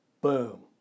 Boom